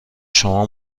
شما